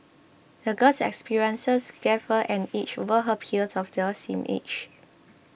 the girl's experiences gave her an edge over her peers of their same age